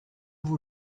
vous